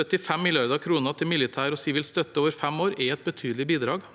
75 mrd. kr til mi litær og sivil støtte over fem år er et betydelig bidrag.